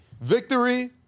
victory